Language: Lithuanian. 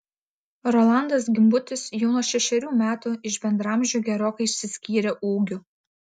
rolandas gimbutis jau nuo šešerių metų iš bendraamžių gerokai išsiskyrė ūgiu